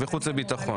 בחוץ וביטחון,